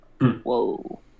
Whoa